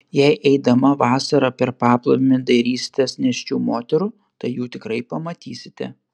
jei eidama vasarą per paplūdimį dairysitės nėščių moterų tai jų tikrai pamatysite